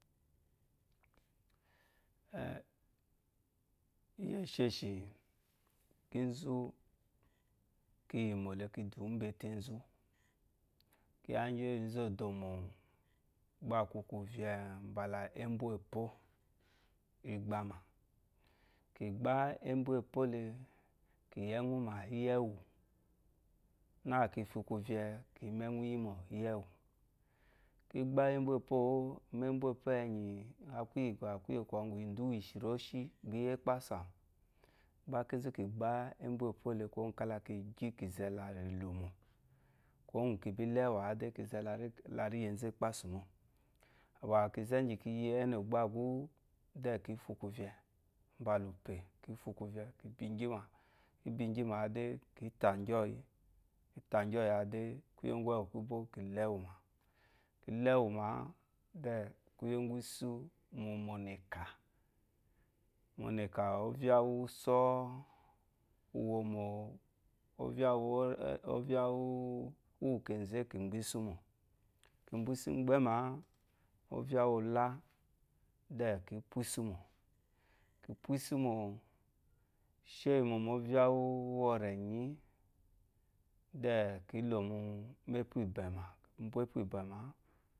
a iyesheshi kezu kiyima le kidu mba ete zu kiya mba oyi zi odomo gba aku kiviya mba umbu we epo egba kí gba ebuyè èpo le kiyi ewumà ìyéwù ná kifu kuvey úgú èwuyemo ngɔ ewoyemongu ewu ki gba ebɔ epo ebɔ epo enyi gbá kuye ngɔ gɔ awu eduwó ézhí reshi iyé kpasù awa gba kizù kigbà èbú ijè èpòle ki gi kizala àwulá ìwumò kizè gi kiyi enogbagu keyi kù fù kuve uba la upè kufu kuve kibigima kiyi ki ta gyoyi kita gi oyi edeke le ewu ma kile wuma ede kuye kusumo neka ku ye ngɔ ovya wu uso owu mo ovya owu koze ki gbe isuma kibu isu igbema ovya uwola ki pu isu moki pusumo ovya uwurenyi ki lomu epu bema